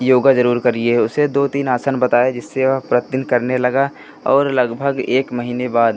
योगा जरूर करिए उसे दो तीन आसन बताए जिससे वह प्रतिदिन करने लगा और लगभग एक महीने बाद